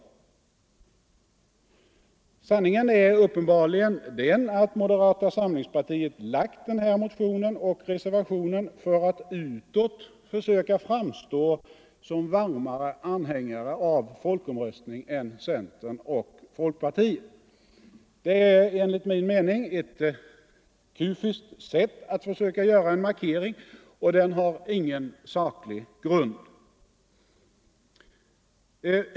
Sanningen är uppenbarligen att moderata samlingspartiet lagt den här motionen och reservationen för att utåt försöka framstå som varmare anhängare av folkomröstning än centern och folkpartiet. Det är enligt min mening ett kufiskt sätt att försöka göra en markering, och den har ingen saklig grund.